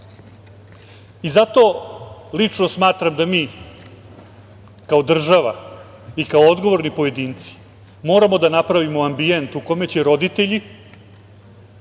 život. Zato lično smatram da mi kao država i kao odgovorni pojedinci moramo da napravimo ambijent u kome će roditelji